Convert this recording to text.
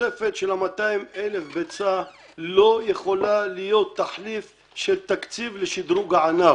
התוספת של 200,000 ביצה לא יכולה להיות תחליף של תקציב לשדרוג הענף.